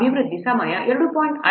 5 ಸಾವಯವ ಉತ್ಪನ್ನದ ಘಾತಾಂಕವು 0